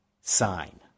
sign